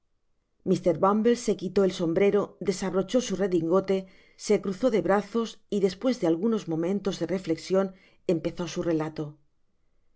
mr bumble se quitó el sombrero desabrochó su redingote se cruzó de brazos y despues de algunos momentos dereflecsion empezó su relato